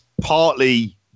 partly